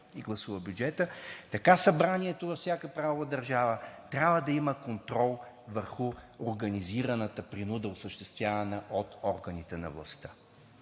го гласува, така Събранието във всяка правова държава трябва да има контрол върху организираната принуда, осъществявана от органите на властта.